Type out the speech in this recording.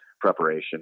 preparation